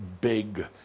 big